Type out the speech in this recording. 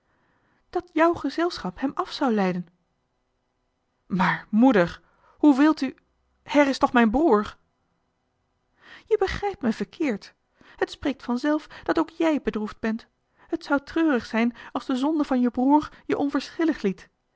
dat jou gezelschap hem wat af zou leiden maar moeder hoe wilt u her is toch mijn broer je begrijpt me verkeerd het spreekt van zelf dat ook jij bedroefd bent t zou treurig zijn als de johan de meester de zonde in het deftige dorp zonde van je broer je onverschillig liet